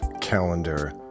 calendar